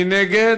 מי נגד?